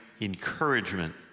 encouragement